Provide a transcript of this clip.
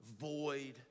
void